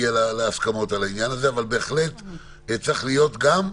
הם דנים ביניהם ומשתדלים להגיע להחלטה משותפת,